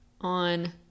on